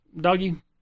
doggy